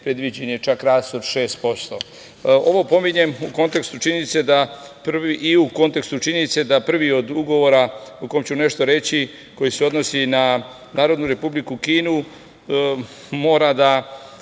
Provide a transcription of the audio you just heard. predviđen je čak rast od 6%.Ovo pominjem u kontekstu činjenice da prvi od ugovora o kom ću nešto reći koji se odnosi na Narodnu Republiku Kinu mora da,